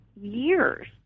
Years